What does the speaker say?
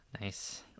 nice